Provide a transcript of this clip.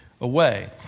away